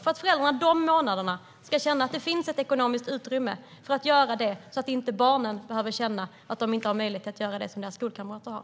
Under dessa månader ska föräldrarna kunna veta att det finns ett ekonomiskt utrymme så att barnen inte behöver känna att de inte har möjlighet att göra det som deras skolkamrater gör.